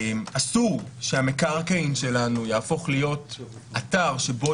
אסור שהמקרקעין שלנו יהפוך להיות אתר שבו